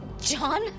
John